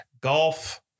golf